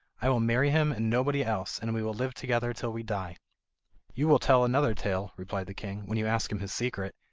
i will marry him and nobody else, and we will live together till we die you will tell another tale replied the king, when you ask him his secret.